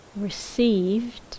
Received